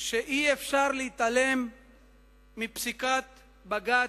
שאי-אפשר להתעלם מפסיקת בג"ץ,